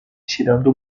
tirando